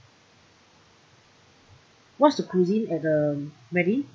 what's the cuisine at the wedding